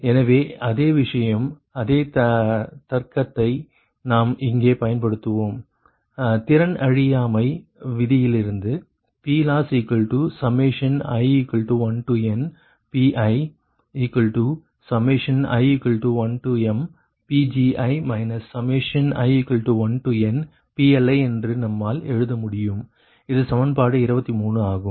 எனவே அதே விஷயம் அதே தர்க்கத்தை நாம் இங்கே பயன்படுத்துவோம் திறன் அழியாமை விதியிலிருந்து PLossi1nPii1mPgi i1nPLi என்று நம்மால் எழுத முடியும் இது சமன்பாடு 23 ஆகும்